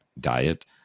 diet